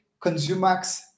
ConsumAx